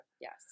Yes